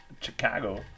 Chicago